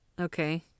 Okay